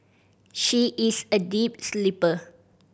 she is a deep sleeper